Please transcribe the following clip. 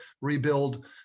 rebuild